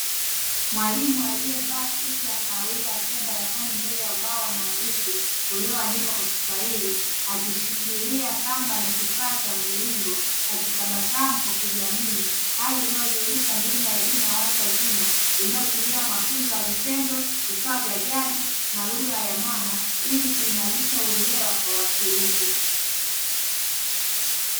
Mwalimu aliyevaa suti ya rangi ya kahawia akiwa darasani mbele ya ubao wa maandishi ulioandikwa kwa kiswahili akishikilia kamba na kifaa cha mviringo akitabasamu kwa kujiamini hali inayodhihirisha mbinu ya elimu ya watu wazima inayotumia mafunzo ya vitendo, vifaa vya jadi na lugha mama, ili kuimarisha uelewa kwa washiriki.